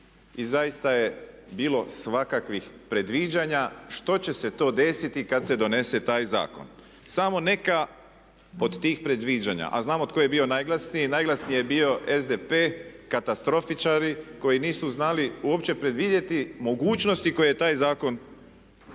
i zaista je bilo svakakvih predviđanja što će sto desiti kad se donese taj zakon, samo neka od tih predviđanja a znamo tko je bio najglasniji, najglasniji je bio SDP, katastrofičari koji nisu znali uopće predvidjeti mogućnosti koje je taj zakon omogućio